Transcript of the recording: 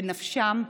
בנפשן,